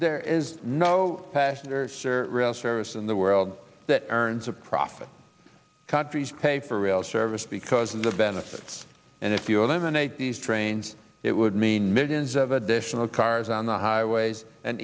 there is no passengers or rail service in the world that earns a profit countries pay for rail service because of the benefits and if you eliminate these trains it would mean millions of additional cars on the highways and